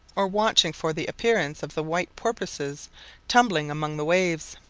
or watching for the appearance of the white porpoises tumbling among the waves.